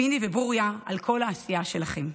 פיני וברוריה, על כל העשייה שלכם.